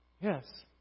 Yes